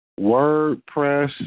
WordPress